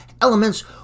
elements